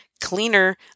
cleaner